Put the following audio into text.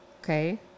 Okay